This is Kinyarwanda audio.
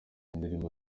indirimbo